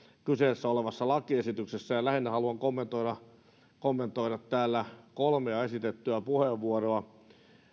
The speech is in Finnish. kyseessä olevassa lakiesityksessä ja lähinnä haluan kommentoida kolmea täällä esitettyä puheenvuoroa